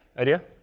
idea?